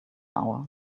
hour